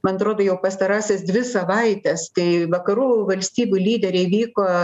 man atrodo jau pastarąsias dvi savaites tai vakarų valstybių lyderiai vyko